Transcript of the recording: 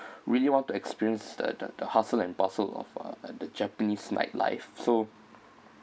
really want to experience the the the hustle and bustle of uh at the japanese night life so